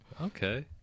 okay